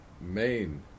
main